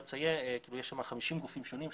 יש שם 50 גופים שונים,